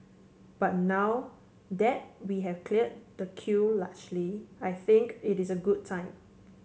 but now that we have cleared the queue largely I think it is a good a time